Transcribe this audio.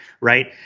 right